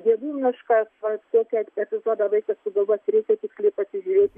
dievų miškas vat tiek kiek epizodą vaikas sugalvos reikia tiksliai pasižiūrėti